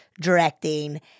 directing